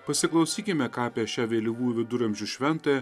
pasiklausykime ką apie šią vėlyvųjų viduramžių šventąją